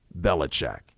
Belichick